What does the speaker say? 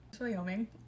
Wyoming